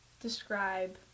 describe